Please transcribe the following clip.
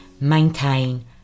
maintain